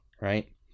right